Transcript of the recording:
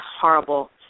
horrible